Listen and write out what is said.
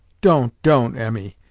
don't, don't, emmy.